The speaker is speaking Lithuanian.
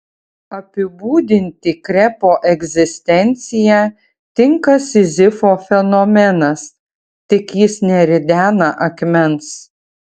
apibūdinti krepo egzistenciją tinka sizifo fenomenas tik jis neridena akmens